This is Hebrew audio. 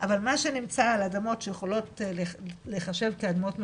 אבל מה שנמצא על אדמות שיכולות להיחשב כאדמות מדינה,